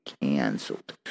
canceled